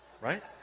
Right